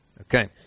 Okay